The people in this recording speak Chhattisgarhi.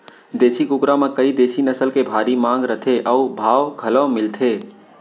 देसी कुकरा म कइ देसी नसल के भारी मांग रथे अउ भाव घलौ मिलथे